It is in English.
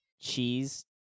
cheese